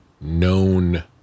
known